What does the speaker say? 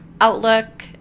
Outlook